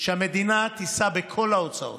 שהמדינה תישא בכל ההוצאות,